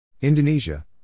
Indonesia